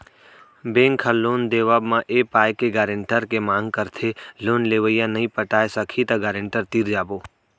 bank ह loan देवब म ए पाय के गारेंटर के मांग करथे लोन लेवइया नइ पटाय सकही त गारेंटर तीर जाबो